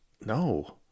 No